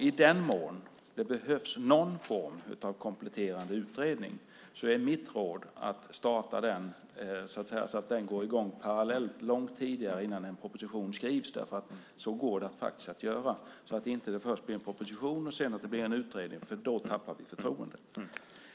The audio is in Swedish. I den mån det behövs någon form av kompletterande utredning är mitt råd att starta den så att den går i gång parallellt långt innan en proposition skrivs. Så går det faktiskt att göra så att det inte först blir en proposition och sedan en utredning. Då tappar människor förtroendet.